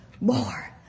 more